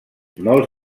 molts